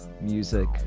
Music